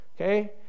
okay